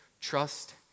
Trust